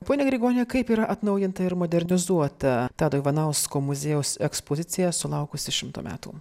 pone grigoni kaip yra atnaujinta ir modernizuota tado ivanausko muziejaus ekspozicija sulaukusi šimto metų